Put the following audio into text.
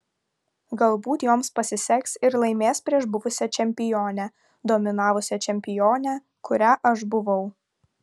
galbūt joms pasiseks ir laimės prieš buvusią čempionę dominavusią čempionę kuria aš buvau